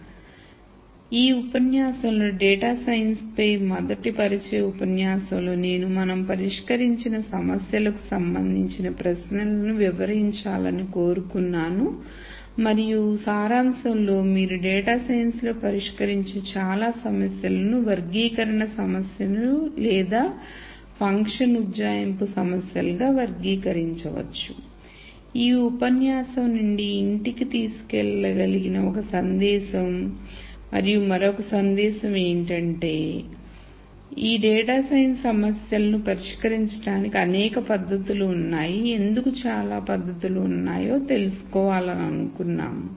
కాబట్టి ఈ ఉపన్యాసంలో డేటా సైన్స్ పై మొదటి పరిచయ ఉపన్యాసం లో నేను మనం పరిష్కరించిన సమస్యలకు సంబంధించిన ప్రశ్నలను వివరించాలని కోరుకున్నాను మరియు సారాంశంలో మీరు డేటా సైన్స్ లో పరిష్కరించే చాలా సమస్యలను వర్గీకరణ సమస్యలు లేదా ఫంక్షన్ ఉజ్జాయింపు సమస్యలు గా వర్గీకరించవచ్చు ఈ ఉపన్యాసం నుండి ఇంటికి తీసుకెళ్ళిగలిగిన ఒక సందేశం మరియు మరొక సందేశం ఏమిటంటే ఈ డేటా సైన్స్ సమస్యలను పరిష్కరించడానికి అనేక పద్ధతులు ఉన్నాయి ఎందుకు చాలా పద్ధతులు ఉన్నాయో తెలుసుకోవాలనుకున్నాము